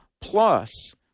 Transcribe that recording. plus